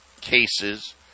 cases